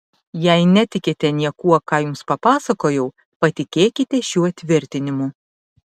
jei netikite niekuo ką jums papasakojau patikėkite šiuo tvirtinimu